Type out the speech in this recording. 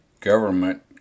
government